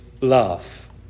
love